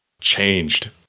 changed